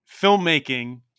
filmmaking